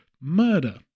Murder